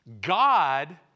God